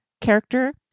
character